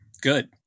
good